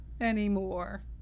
anymore